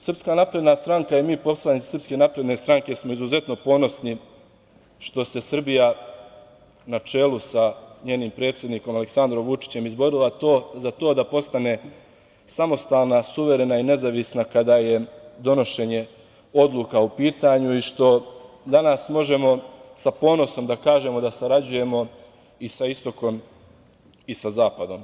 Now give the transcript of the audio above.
Srpska napredna stranka i mi poslanici Srpske napredne stranke smo izuzetno ponosni što se Srbija na čelu sa njenim predsednikom Aleksandrom Vučićem izborima za to da postane samostalna, suverena i nezavisna kada je donošenje odluka u pitanju i što danas možemo sa ponosom da kažemo da sarađujemo i sa istokom i sa zapadom.